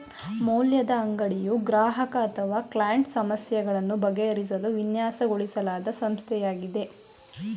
ಮೌಲ್ಯದ ಅಂಗಡಿಯು ಗ್ರಾಹಕ ಅಥವಾ ಕ್ಲೈಂಟ್ ಸಮಸ್ಯೆಗಳನ್ನು ಬಗೆಹರಿಸಲು ವಿನ್ಯಾಸಗೊಳಿಸಲಾದ ಸಂಸ್ಥೆಯಾಗಿದೆ